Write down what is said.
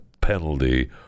penalty